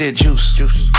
juice